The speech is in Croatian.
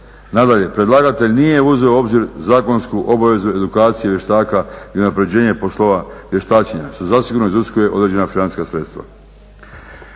Nadalje, predlagatelj nije uzeo u obzir zakonsku obavezu edukacije vještaka i unapređenje poslova vještačenja što zasigurno iziskuje određena financijska sredstva.